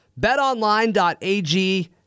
betonline.ag